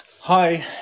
Hi